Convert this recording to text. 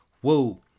whoa